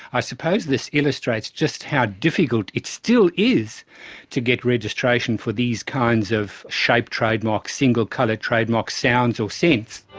i suppose this illustrates just how difficult it still is to get registration for these kinds of shape trademarks, single colour trademarks, sounds or scents.